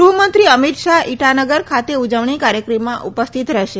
ગૃહમંત્રી અમિત શાહ ઇટાનગર ખાતે ઉજવણી કાર્યક્રમમાં ઉપસ્થિત રહેશે